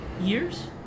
years